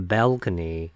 Balcony